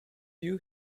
you